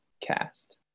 cast